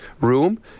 room